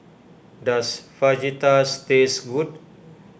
does Fajitas tastes good